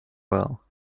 well